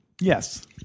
Yes